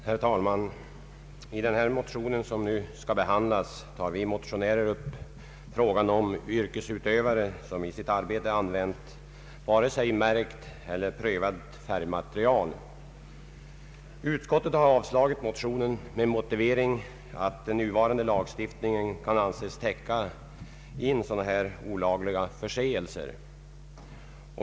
Herr talman! I den motion som nu skall behandlas tar vi motionärer upp frågan om att skydda yrkesutövare vilka i sitt arbete använt färgmaterial som varken är märkt eller prövat. Utskottet har avstyrkt motionen med motiveringen att nuvarande lagstiftning kan anses täcka in sådana här företeelser.